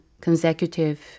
consecutive